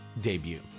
debut